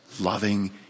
loving